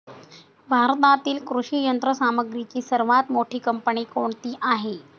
भारतातील कृषी यंत्रसामग्रीची सर्वात मोठी कंपनी कोणती आहे?